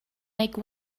make